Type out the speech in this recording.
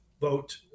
vote